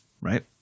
right